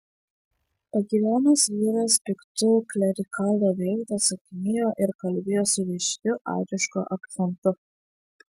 pagyvenęs vyras piktu klerikalo veidu atsakinėjo ir kalbėjo su ryškiu airišku akcentu